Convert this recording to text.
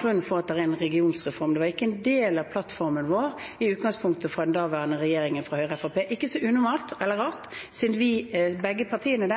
for at det er en regionreform. Det var ikke i utgangspunktet en del av plattformen til den daværende regjeringen fra Høyre og Fremskrittspartiet – ikke så unormalt eller rart siden begge partiene